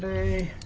a